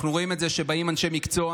אנחנו רואים את זה כשבאים אנשי מקצוע